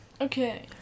Okay